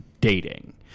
dating